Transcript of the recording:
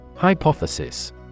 Hypothesis